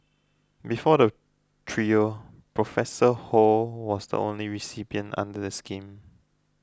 before the trio Professor Ho was the only recipient under the scheme